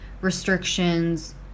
restrictions